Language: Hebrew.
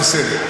בסדר.